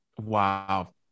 Wow